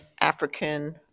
African